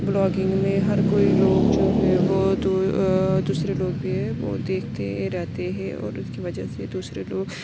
blogging میں ہر کوئی لوگ جو ہے وہ دو دوسرے لوگ بھی ہے دیکھتے رہتے ہیں اور اس کی وجہ سے دوسرے لوگ